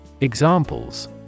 Examples